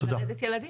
ללדת ילדים.